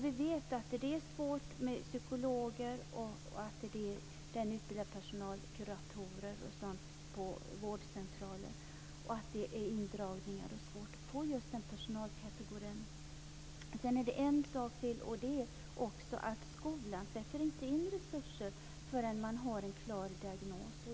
Vi vet att det är svårt med psykologer och annan utbildad personal som kuratorer på vårdcentraler. Det förekommer indragningar och svårigheter med att få tillgång till denna personalkategori. Det är vidare så att skolan inte sätter in resurser förrän man har en klar diagnos.